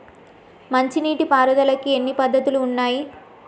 మంచి నీటి పారుదలకి ఎన్ని పద్దతులు ఉన్నాయి?